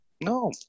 No